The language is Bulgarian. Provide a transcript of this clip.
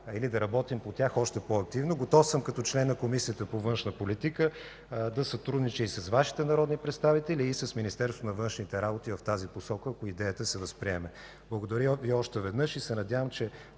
или да работим по тях още по-активно. Готов съм, като член на Комисията по външна политика, да сътруднича и с Вашите народни представители, и с Министерството на външните работи в тази посока, ако идеята се възприеме. Благодаря Ви още веднъж. Надявам се,